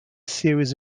series